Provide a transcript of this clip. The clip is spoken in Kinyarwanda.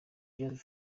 just